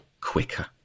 quicker